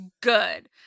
good